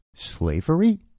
Slavery